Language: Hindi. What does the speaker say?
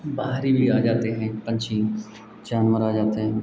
बाहरी भी आ जाते हैं पक्षी जानवर आ जाते हैं